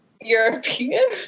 European